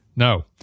no